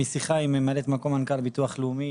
משיחה עם ממלאת מקום מנכ"ל הביטוח לאומי,